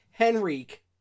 Henrique